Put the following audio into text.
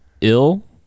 ill